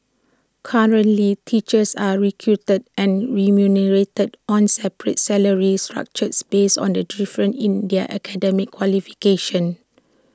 currently teachers are recruited and remunerated on separate salary structures based on the difference in their academic qualifications